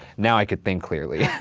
now i can think clearly.